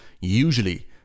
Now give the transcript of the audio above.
Usually